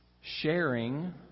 Sharing